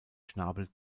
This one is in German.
schnabel